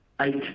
eight